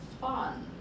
fun